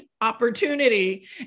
opportunity